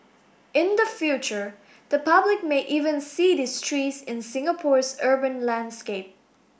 in the future the public may even see these trees in Singapore's urban landscape